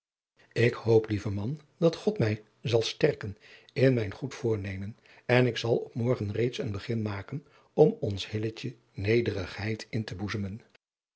ik hoop lieve man dat god mij zal sterken in mijn goed voornemen en ik zal op morgen reeds een begin maken om ons hilletje nederigheid in te boezemen